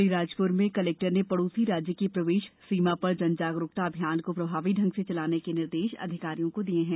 अलीराजपुर जिले में कलेक्टर ने पड़ोसी राज्य की प्रवेश सीमा पर जन जागरूकता अभियान को प्रभावी ढंग से चलाने के निर्देश अधिकारियों को दिये हैं